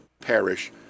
parish